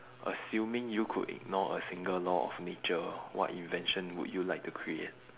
assuming you could ignore a single law of nature what invention would you like to create